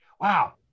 Wow